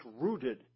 rooted